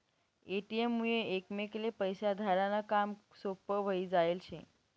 ATM मुये एकमेकले पैसा धाडा नं काम सोपं व्हयी जायेल शे